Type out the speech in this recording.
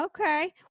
Okay